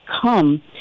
come